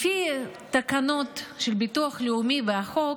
לפי תקנות של ביטוח לאומי והחוק,